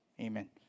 Amen